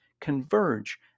converge